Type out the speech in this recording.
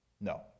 No